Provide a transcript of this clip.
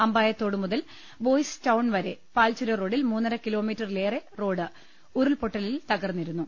അമ്പായത്തോട് മുതൽ Boys Town വരെ പാൽചുരം റോഡിൽ മൂന്നര കിലോമീറ്ററിലേറെ റോഡ് ഉരുൾപൊട്ടലിൽ തകർന്നിരു ന്നു